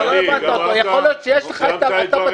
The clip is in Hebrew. אתה לא הבנת אותו, יכול להיות שיש לך את תו התקן.